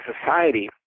society